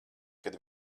kad